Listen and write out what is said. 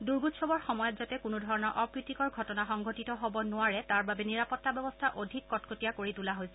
দুৰ্গোৎসৱৰ সময়ত যাতে কোনো ধৰণৰ অপ্ৰীতিকৰ ঘটনা সংঘটিত হব নোৱাৰে তাৰ বাবে নিৰাপত্তা ব্যৱস্থা অধিক কটকটীয়া কৰি তোলা হৈছে